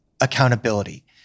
accountability